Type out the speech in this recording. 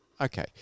Okay